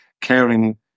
caring